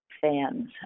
fans